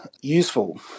useful